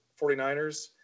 49ers